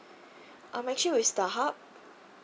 I'm actually with starhub